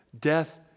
Death